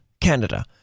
Canada